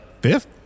fifth